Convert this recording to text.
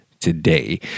today